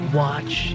watch